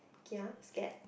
kia scared